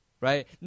Right